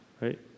right